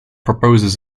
proposes